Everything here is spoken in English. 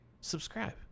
Subscribe